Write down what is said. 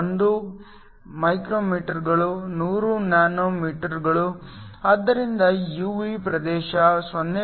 1 ಮೈಕ್ರೊಮೀಟರ್ಗಳು 100 ನ್ಯಾನೋಮೀಟರ್ಗಳು ಆದ್ದರಿಂದ UV ಪ್ರದೇಶ 0